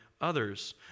others